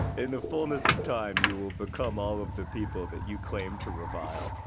in the fullness of time, you will become all of the people that you claim to revile